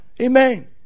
Amen